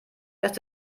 lässt